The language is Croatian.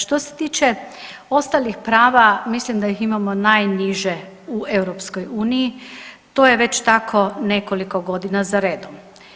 Što se tiče ostalih prava, mislim da ih imamo najniže u EU, to je već tako nekoliko godina za redom.